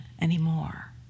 anymore